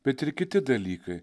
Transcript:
bet ir kiti dalykai